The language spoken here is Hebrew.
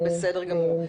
מצוין, בסדר גמור.